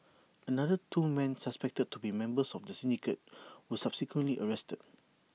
another two men suspected to be members of the syndicate were subsequently arrested